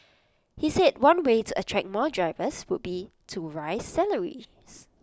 he said one way to attract more drivers would be to raise salaries